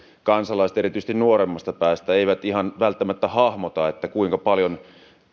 kansalaiset erityisesti nuoremmasta päästä eivät ihan välttämättä hahmota kuinka paljon